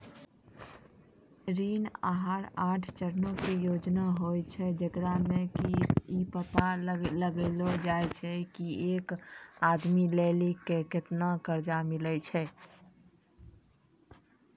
ऋण आहार आठ चरणो के योजना होय छै, जेकरा मे कि इ पता लगैलो जाय छै की एक आदमी लेली केतना कर्जा मिलै छै